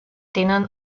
tenen